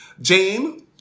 Jane